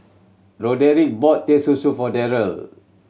Roderic bought Teh Susu for Darrel